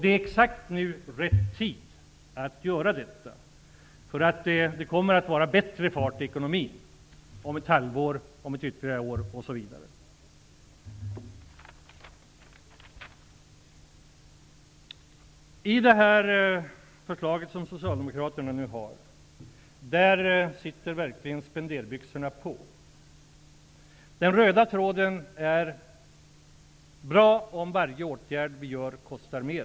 Det är exakt rätt tid att göra det nu, därför att det kommer att vara en bättre fart i ekonomin om ett halvår, om ytterligare ett år osv. Att döma av det socialdemokratiska förslag som nu lagts fram sitter socialdemokraterna verkligen med spenderbyxorna på. Den röda tråden är: Det är bra om varje åtgärd vi vidtar kostar mer.